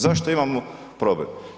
Zašto imamo problem?